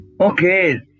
Okay